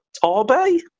Torbay